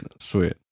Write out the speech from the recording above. sweet